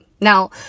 Now